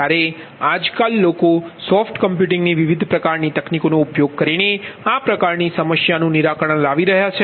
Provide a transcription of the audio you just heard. જ્યારે આજકાલ લોકો સોફ્ટ કમ્પ્યુટિંગની વિવિધ પ્રકારની તકનીકોનો ઉપયોગ કરીને આ પ્રકારની સમસ્યાનું નિરાકરણ લાવી રહ્યાં છે